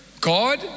God